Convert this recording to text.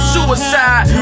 Suicide